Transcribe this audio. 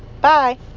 Bye